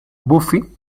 buffy